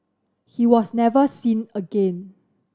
he was never seen again